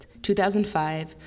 2005